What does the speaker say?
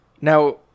Now